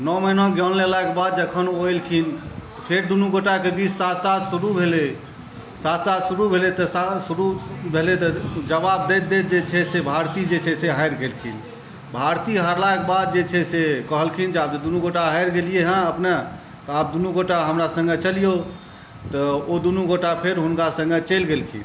नओ महिना ज्ञान लेलाके बाद जखन ओ अएलखिन फेर दुनू गोटाके बीच शास्त्रार्थ शुरू भेलै शास्त्रार्थ शुरू भेलै तऽ शास्त्रार्थ शुरू भेलै तऽ जवाब दैत दैत जे छै से भारती जे छै से हारि गेलखिन भारती हारलाके बाद जे छै से कहलखिन जे आब दुनू गोटा हारि गेलिए हँ अपने तऽ आब दुनू गोटा हमरा सङ्गे चलिऔ तऽ ओ दुनू गोटा फेर हुनका सङ्गे चलि गेलखिन